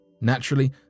Naturally